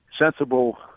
sensible